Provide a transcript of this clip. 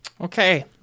Okay